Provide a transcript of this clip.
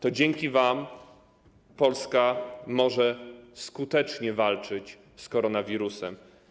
To dzięki wam Polska może skutecznie walczyć z koronawirusem.